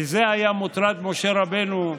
מזה היה מוטרד משה רבנו,